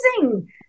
amazing